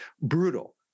brutal